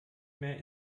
mehr